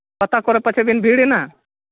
ᱚᱠᱟ ᱠᱚᱨᱮᱫ ᱯᱟᱪᱮᱫ ᱵᱤᱱ ᱵᱷᱤᱲᱮᱱᱟ